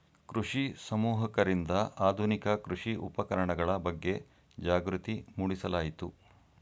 ಕೃಷಿ ಸಮೂಹಕರಿಂದ ಆಧುನಿಕ ಕೃಷಿ ಉಪಕರಣಗಳ ಬಗ್ಗೆ ಜಾಗೃತಿ ಮೂಡಿಸಲಾಯಿತು